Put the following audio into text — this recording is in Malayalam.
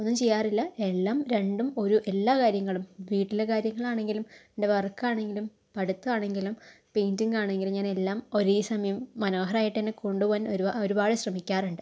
ഒന്നും ചെയ്യാറില്ല എല്ലാം രണ്ടും ഒരു എല്ലാ കാര്യങ്ങളും വീട്ടിലെ കാര്യങ്ങളാണെങ്കിലും എൻ്റെ വർക്ക് ആണെങ്കിലും പഠിത്തമാണെങ്കിലും പെയിൻറിംഗ് ആണെങ്കിലും ഞാൻ എല്ലാം ഒരേ സമയം മനോഹരമായിട്ട് തന്നെ കൊണ്ട് പോകാൻ ഒരു ഒരുപാട് ശ്രമിക്കാറുണ്ട്